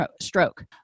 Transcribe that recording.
stroke